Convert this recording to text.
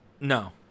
No